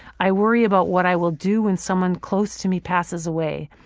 i worry about what i will do when someone close to me passes away.